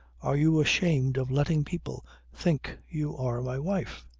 are you ashamed of letting people think you are my wife?